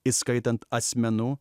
įskaitant asmenų